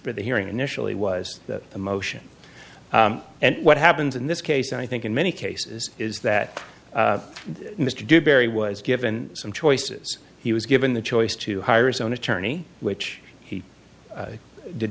for the hearing initially was that the motion and what happens in this case i think in many cases is that mr dewberry was given some choices he was given the choice to hire a zone attorney which he did